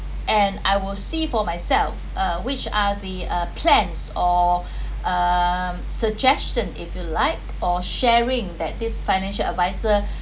and I will see for myself uh which are the uh plans or uh suggestion if you like or sharing that this financial advisor